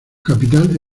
capital